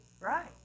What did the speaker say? right